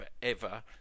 forever